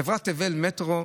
חברת תבל מטרו,